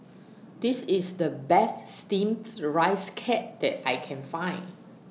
This IS The Best Steamed Rice Cake that I Can Find